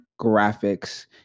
Graphics